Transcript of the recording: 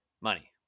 money